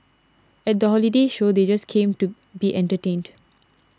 at the holiday show they just came to be entertained